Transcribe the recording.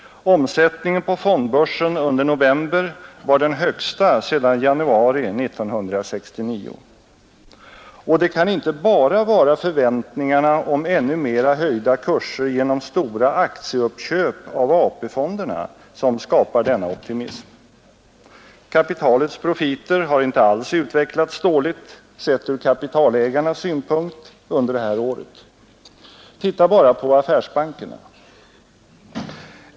Omsättningen på fondbörsen under november var den högsta sedan januari 1969. Och det kan inte bara vara förväntningarna om ännu mera höjda kurser genom stora aktieuppköp av AP-fonderna som skapar denna optimism. Kapitalets profiter har inte alls utvecklats dåligt, sett ur kapitalägarnas synpunkt, under det här året. Titta bara på affärsbankerna.